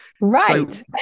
Right